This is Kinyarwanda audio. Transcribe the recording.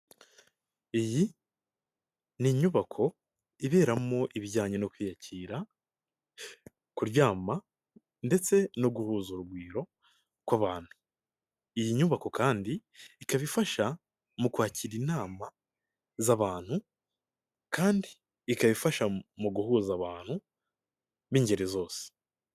Iyi ni inyubako iberamo ibijyanye no kwiyakira, kuryama ndetse no guhuza urugwiro kw'abantu, iyi nyubako kandi ikaba ifasha mu kwakira inama z'abantu kandi ikaba ifasha mu guhuza abantu b'ingeri zose.